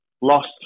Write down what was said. lost